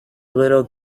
little